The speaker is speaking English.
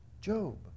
Job